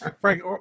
Frank